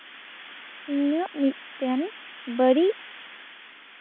ᱤᱧᱟᱹᱜ ᱢᱤᱫᱴᱮᱱ ᱵᱟᱹᱲᱤᱡ